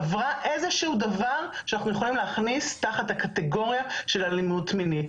עברה איזה שהוא דבר שאנחנו יכולים להכניס תחת הקטגוריה של אלימות מינית.